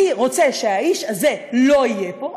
אני רוצה שהאיש הזה לא יהיה פה,